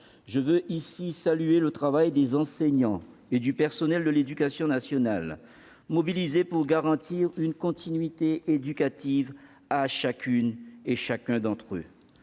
d'ailleurs ici le travail des enseignants et des personnels de l'éducation nationale, mobilisés pour garantir une continuité éducative à chacun d'entre eux.